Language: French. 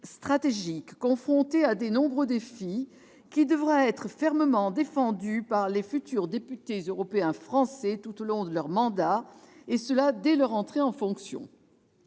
stratégique, confrontée à de nombreux défis, qui devra être fermement défendue par les futurs députés européens français tout au long de leur mandat, et ce dès leur entrée en fonction.